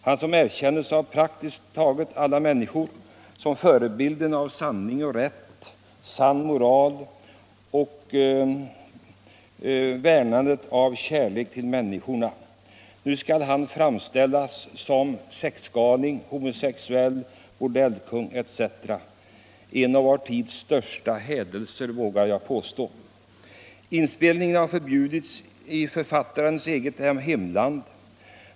Han som erkänns av praktiskt taget alla människor som förebilden av sanning och rätt, sann moral och värnande om kärlek till människorna — nu skall han framställas som sexgalning, homosexuell, bordellkung etc. Det är en av vår tids största hädelser, vågar jag påstå. Inspelningen har förbjudits i författarens eget hemland.